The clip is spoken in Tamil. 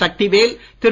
சக்திவேல் திரு